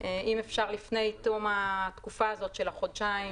אם אפשר לפני תום התקופה הזאת של חודשיים